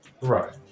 Right